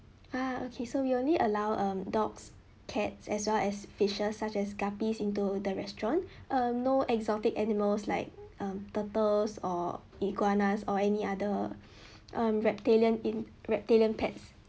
ah okay so we only allow um dogs cats as well as fishes such as guppies into the restaurant uh no exotic animals like um turtles or iguanas or any other um reptilian in reptilian pets